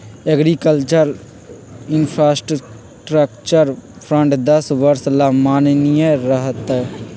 agriculture infrastructure fund दस वर्ष ला माननीय रह तय